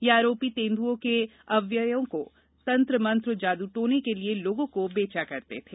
यह आरोपी तेंदुओं के अवयवों को तंत्र मंत्र जादू टोना के लिये लोगों को बेचा करते थे